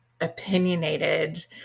opinionated